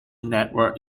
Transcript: network